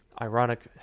Ironic